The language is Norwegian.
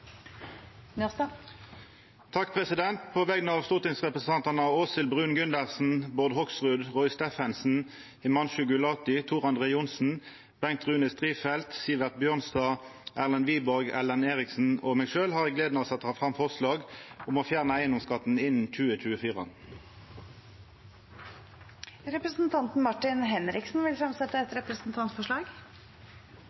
På vegner av stortingsrepresentantane Åshild Bruun-Gundersen, Bård Hoksrud, Roy Steffensen, Himanshu Gulati, Tor André Johnsen, Bengt Rune Strifeldt, Sivert Bjørnstad, Erlend Wiborg, Ellen Eriksen og meg sjølv har eg gleda av å setja fram forslag om å fjerna eigedomsskatten innan 2024. Representanten Martin Henriksen vil fremsette